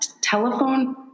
telephone